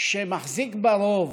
שמחזיק ברוב.